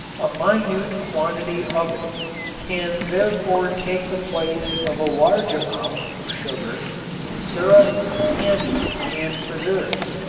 a minute quantity of it can therefore take the place of a large amount of sugar in syrups, candies and preserves,